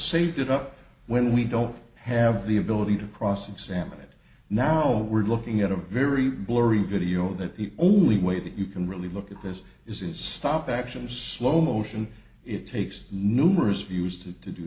saved it up when we don't have the ability to cross examine it now we're looking at a very blurry video that the only way that you can really look at this is in stop action slow motion it takes numerous views to to do